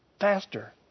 faster